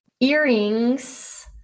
Earrings